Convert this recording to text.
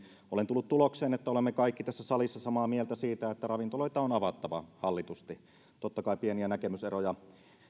olen tullut tulokseen että olemme kaikki tässä salissa samaa mieltä siitä että ravintoloita on avattava hallitusti totta kai pieniä näkemyseroja